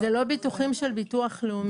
זה לא ביטוחים של ביטוח לאומי,